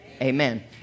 Amen